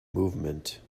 movement